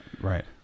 Right